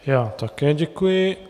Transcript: Já také děkuji.